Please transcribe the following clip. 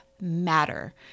matter